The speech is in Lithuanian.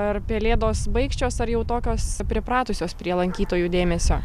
ar pelėdos baikščios ar jau tokios pripratusios prie lankytojų dėmesio